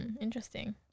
Interesting